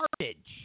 garbage